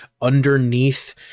underneath